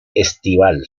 estival